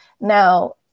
Now